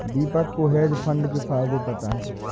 दीपक को hedge fund के फायदे पता है